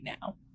now